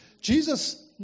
Jesus